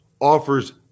offers